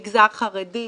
מגזר חרדי,